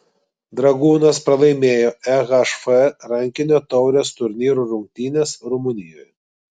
dragūnas pralaimėjo ehf rankinio taurės turnyro rungtynes rumunijoje